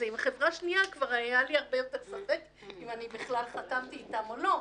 עם חברה שנייה כבר היה לי הרבה יותר ספק אם אני בכלל חתמתי אתם או לא.